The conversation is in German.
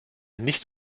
nicht